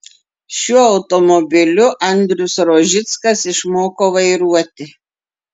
šiuo automobiliu andrius rožickas išmoko vairuoti